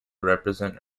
represent